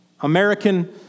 American